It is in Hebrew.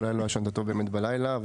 אולי לא ישנת טוב באמת בלילה,